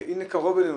והנה קרוב אלינו,